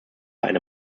eine